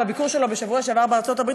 בביקור שלו בשבוע שעבר בארצות-הברית,